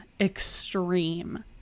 extreme